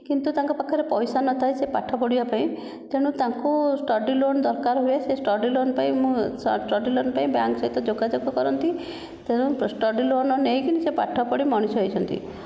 କିନ୍ତୁ ତାଙ୍କ ପାଖରେ ପଇସା ନଥାଏ ସେ ପାଠ ପଢ଼ିବା ପାଇଁ ତେଣୁ ତାଙ୍କୁ ଷ୍ଟଡ଼ି ଲୋନ ଦରକାର ହୁଏ ସେ ଷ୍ଟଡ଼ି ଲୋନ ପାଇଁ ମୁଁ ଷ୍ଟଡ଼ି ଲୋନ ପାଇଁ ବ୍ୟାଙ୍କ ସହ ଯୋଗାଯୋଗ କରନ୍ତି ତେଣୁ ଷ୍ଟଡ଼ି ଲୋନ ନେଇକି ସେ ପାଠ ପଢ଼ି ମଣିଷ ହୋଇଛନ୍ତି